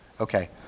Okay